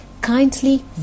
kindly